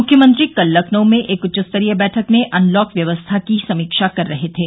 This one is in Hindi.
मूख्यमंत्री कल लखनऊ में एक उच्चस्तरीय बैठक में अनलॉक व्यवस्था की समीक्षा कर रहे थे